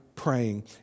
Praying